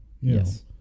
Yes